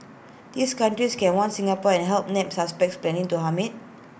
these countries can warn Singapore and help nab suspects planning to harm IT